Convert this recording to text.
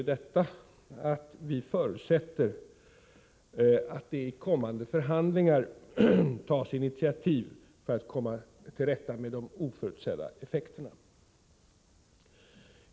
I detta yttrande förutsätter vi att det vid kommande förhandlingar tas initiativ för att komma till rätta med de oförutsedda effekterna.